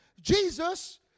Jesus